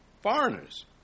Foreigners